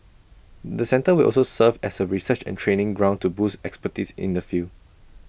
the centre will also serve as A research and training ground to boost expertise in the field